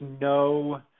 no